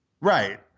Right